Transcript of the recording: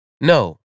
No